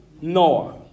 Noah